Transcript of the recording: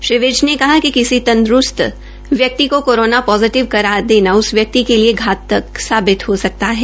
श्री विज ने कहा कि किसी तंदरूस्त व्यक्ति को कोरोना पोजिटिव करार देना उस व्यक्ति के लिए घातक साबित हो सकता है